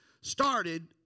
started